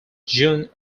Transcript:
june